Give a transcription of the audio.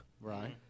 Right